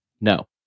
no